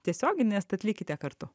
tiesiogines tad likite kartu